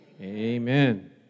amen